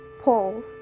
Paul